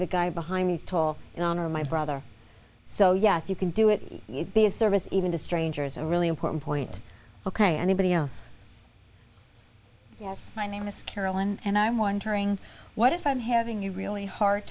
the guy behind these tall in honor of my brother so yes you can do it be a service even to strangers a really important point ok anybody else yes my name is carolyn and i'm wondering what if i'm having a really hard